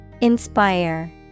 Inspire